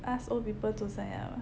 ask old people to sign up ah